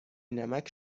نمک